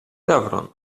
gawron